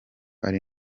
ari